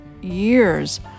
years